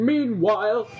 Meanwhile